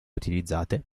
utilizzate